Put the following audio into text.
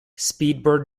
speedbird